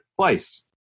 place